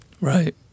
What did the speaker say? Right